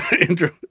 intro